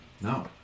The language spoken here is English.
No